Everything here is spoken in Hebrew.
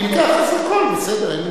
אם כך, אז הכול בסדר.